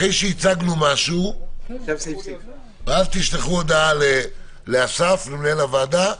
אחרי שהצגנו משהו תשלחו הודעה לאסף מנהל הוועדה,